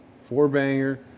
Four-banger